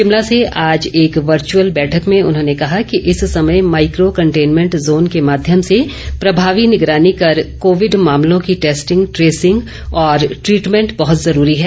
शिमला से आज एक वर्चअल बैठक में उन्होंने कहा कि इस समय माइको कंटेनमेंट जोन के माध्यम से प्रभावी निगरानी कर कोविड मामलों की टैस्टिंग ट्रेसिंग और ट्रिटमेंट बहत जरूरी है